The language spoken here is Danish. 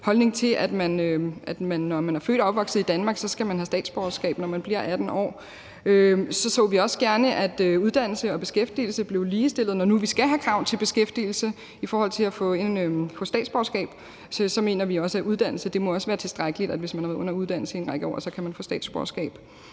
holdning til, at når man er født og opvokset i Danmark, skal man have statsborgerskab, når man bliver 18 år. Vi så også gerne, at uddannelse og beskæftigelse blev ligestillet. Når nu vi skal have krav til beskæftigelse i forhold til at få statsborgerskab, mener vi også, at uddannelse må være tilstrækkeligt, altså at hvis man har været under uddannelse i en række år, kan man få statsborgerskab.